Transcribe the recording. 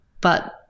but-